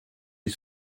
les